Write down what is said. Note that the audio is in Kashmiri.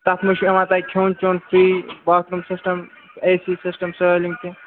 تتھ منٛز چھِ یِوان تۄہہِ کھیٚون چیٚون free bathroom system A C system سٲلِم کیٚنٛہہ